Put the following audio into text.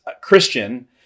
Christian